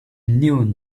knew